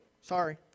Sorry